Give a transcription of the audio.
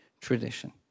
tradition